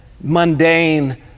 mundane